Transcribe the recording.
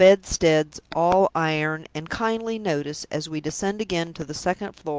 and the bedsteads all iron and kindly notice, as we descend again to the second floor,